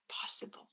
possible